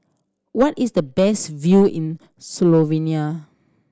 what is the best view in Slovenia